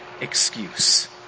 excuse